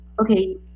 okay